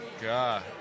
God